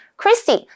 Christy